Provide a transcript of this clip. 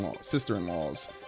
sister-in-laws